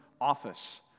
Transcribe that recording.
office